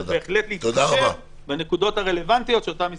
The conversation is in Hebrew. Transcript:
צריך בהחלט להתחשב בנקודות הרלוונטיות שאותן הזכרתי.